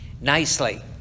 nicely